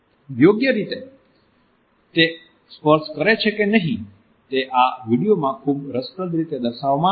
યોગ્ય રીતે સ્પર્શ કરે છે કે નહિ તે આ વિડિઓમાં ખૂબ જ રસપ્રદ રીતે દર્શાવવામાં આવ્યું છે